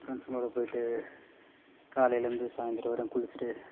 ஃப்ரெண்ட்ஸுங்களோட போயிவிட்டு காலையிலேர்ந்து சாயந்திரம் வரையும் குளிச்சிட்டு